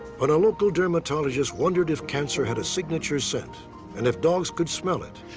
but a local dermatologist wondered if cancer had a signature scent and if dogs could smell it,